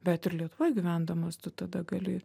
bet ir lietuvoj gyvendamas tu tada gali